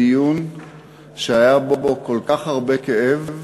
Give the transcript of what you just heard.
בדיון שהיה בו כל כך הרבה כאב